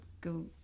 go